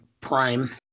prime